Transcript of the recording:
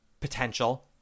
Potential